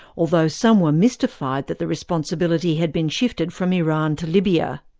although some were mystified that the responsibility had been shifted from iran to libya.